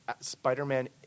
Spider-Man